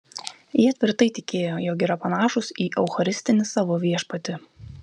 jie tvirtai tikėjo jog yra panašūs į eucharistinį savo viešpatį